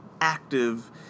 active